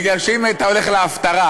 כי אם היית הולך להפטרה,